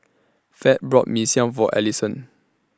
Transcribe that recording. Fed bought Mee Siam For Allyson